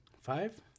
Five